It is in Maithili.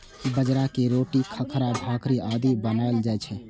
बाजरा के रोटी, खाखरा, भाकरी आदि बनाएल जाइ छै